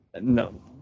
no